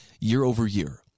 year-over-year